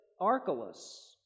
Archelaus